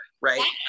right